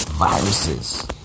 Viruses